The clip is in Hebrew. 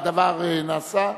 שהדבר נעשה,